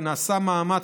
ונעשה מאמץ,